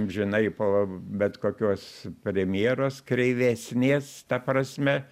žinai po bet kokios premjeros kreivesnės ta prasme